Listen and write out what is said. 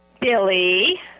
Billy